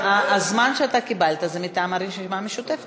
הזמן שאתה קיבלת הוא מטעם הרשימה המשותפת.